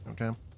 Okay